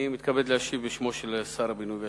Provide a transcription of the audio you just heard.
אני מתכבד להשיב בשמו של שר הבינוי והשיכון.